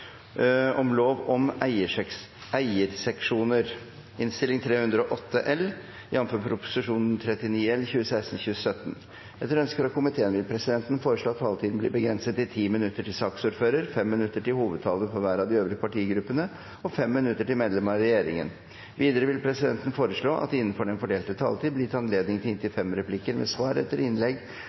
vil presidenten foreslå at taletiden blir begrenset til 10 minutter til saksordfører, 5 minutter til hovedtaler for hver av de øvrige partigruppene og 5 minutter til medlemmer av regjeringen. Videre vil presidenten foreslå at det – innenfor den fordelte taletid – blir gitt anledning til inntil fem replikker med svar etter innlegg